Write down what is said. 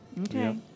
Okay